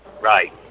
Right